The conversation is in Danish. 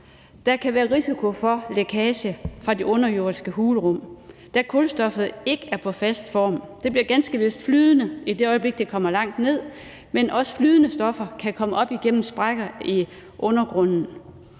Der kan være risiko for lækage fra de underjordiske hulrum, da kulstoffet ikke er på fast form. Det bliver ganske vist flydende i det øjeblik, det kommer langt ned, men også flydende stoffer kan komme op igennem sprækker i undergrunden.